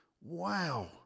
Wow